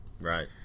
right